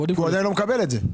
כי הוא עדיין לא מקבל את זה.